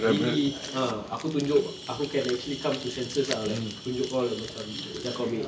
really ah aku tunjuk aku can actually come to senses ah like tunjuk kau macam aku ambil